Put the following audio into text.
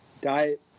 diet